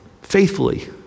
Faithfully